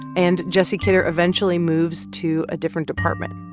and jesse kidder eventually moves to a different department,